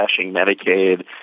Medicaid